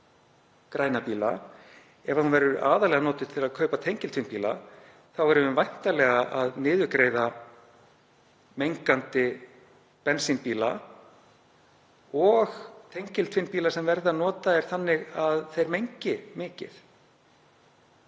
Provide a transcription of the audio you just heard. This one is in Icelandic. græna bíla, verður aðallega notuð til að kaupa tengiltvinnbíla erum við væntanlega að niðurgreiða mengandi bensínbíla og tengiltvinnbíla sem verða notaðir þannig að þeir mengi mikið.